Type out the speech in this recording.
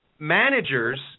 managers